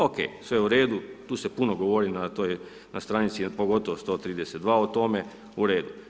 Ok, sve u redu, tu se puno govori na toj, na stranici pogotovo 132. o tome, u redu.